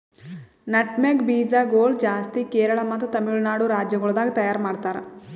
nutmeg ಬೀಜ ಗೊಳ್ ಜಾಸ್ತಿ ಕೇರಳ ಮತ್ತ ತಮಿಳುನಾಡು ರಾಜ್ಯ ಗೊಳ್ದಾಗ್ ತೈಯಾರ್ ಮಾಡ್ತಾರ್